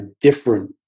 different